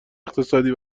اقتصادی